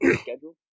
schedule